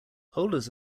holders